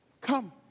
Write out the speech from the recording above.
Come